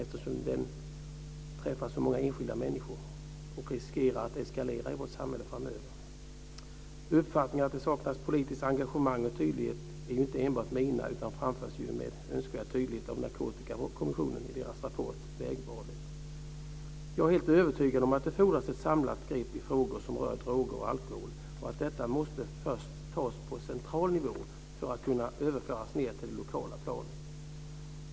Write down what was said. Den träffar ju så många enskilda människor, och den riskerar att eskalera i vårt samhälle framöver. Uppfattningen att det saknas politiskt engagemang och tydlighet är inte enbart min utan det framförs ju med önskvärd tydlighet av Narkotikakommissionen i deras rapport Vägvalet. Jag är helt övertygad om att det fordras ett samlat grepp i frågor som rör droger och alkohol och att detta först måste tas på central nivå för att kunna överföras till det lokala planet.